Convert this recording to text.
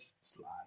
slide